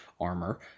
armor